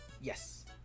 Yes